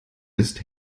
ist